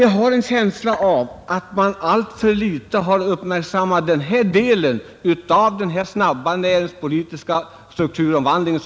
Jag har en känsla av att man alltför litet har uppmärksammat den här delen av den snabba näringspolitiska strukturomvandlingen.